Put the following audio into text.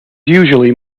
usually